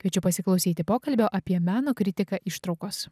kviečiu pasiklausyti pokalbio apie meno kritiką ištraukos